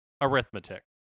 Arithmetic